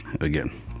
again